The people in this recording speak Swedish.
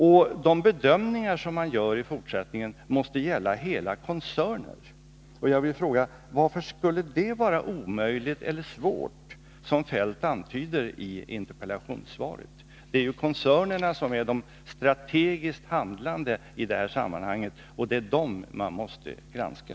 Och de bedömningar som man gör i fortsättningen måste gälla hela koncerner. Jag vill fråga: Varför skulle det vara omöjligt eller svårt, som Kjell-Olof Feldt antyder i interpellationssvaret? Det är koncernerna som är de strategiskt handlande i det här sammanhanget, och det är dem man måste granska.